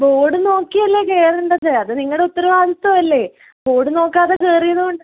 board നോക്കിയല്ലേ കയറേണ്ടത് അത് നിങ്ങളുടെ ഉത്തരവാദിത്തം അല്ലേ ബോഡ് നോക്കാതെ കയറിയത്